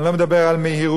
ואני לא מדבר על מהירות,